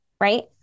Right